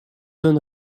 don